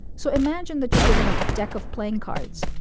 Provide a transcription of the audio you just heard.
so imagine that you're given a deck of playing cards,